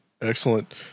Excellent